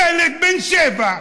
ילד בן שבע,